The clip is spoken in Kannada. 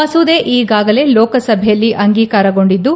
ಮಸೂದೆ ಈಗಾಗಲೇ ಲೋಕಸಭೆಯಲ್ಲಿ ಅಂಗೀಕಾರಗೊಂಡಿದ್ದು